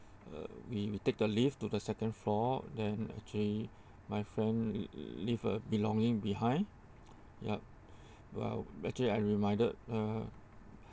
uh we we take the lift to the second floor then actually my friend leave her belongings behind yup while actually I reminded her